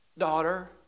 Daughter